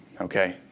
okay